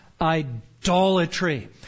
idolatry